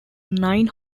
nine